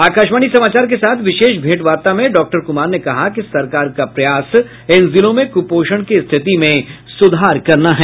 आकाशवाणी समाचार के साथ विशेष भेंटवार्ता में डॉक्टर कुमार ने कहा कि सरकार का प्रयास इन जिलों में कुपोषण की स्थिति में सुधार करना है